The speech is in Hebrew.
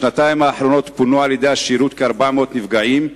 בשנתיים האחרונות פונו על-ידי השירות כ-400 נפגעים,